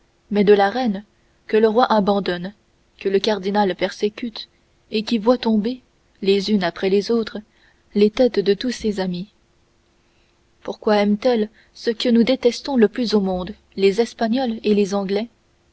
mais de la reine que le roi abandonne que le cardinal persécute et qui voit tomber les unes après les autres les têtes de tous ses amis pourquoi aime-t-elle ce que nous détestons le plus au monde les espagnols et les anglais